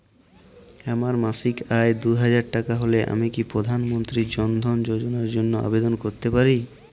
আমার মাসিক আয় দুহাজার টাকা হলে আমি কি প্রধান মন্ত্রী জন ধন যোজনার জন্য আবেদন করতে পারি?